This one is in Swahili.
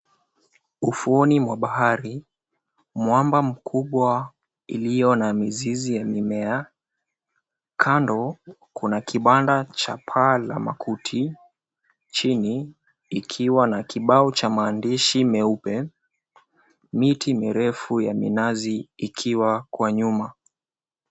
Ufuoni mwa bahari, mwamba mkubwa iliyo na mizizi ya mimea, kando kuna kibanda cha paa la makuti chini ikiwa na kibao cha maandishi meupe, miti mirefu ya minazi ikiwa kwa nyuma.